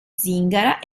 zingara